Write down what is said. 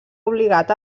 obligat